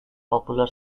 popular